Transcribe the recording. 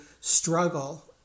struggle